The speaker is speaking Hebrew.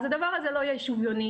אז הדבר הזה לא יהיה שוויוני.